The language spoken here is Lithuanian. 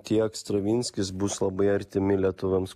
tiek stravinskis bus labai artimi lietuviams